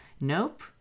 nope